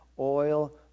oil